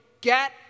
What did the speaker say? get